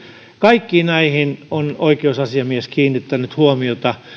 kaikkiin näihin on oikeusasiamies kiinnittänyt huomiota